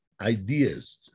ideas